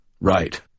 Right